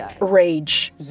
Rage